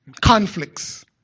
conflicts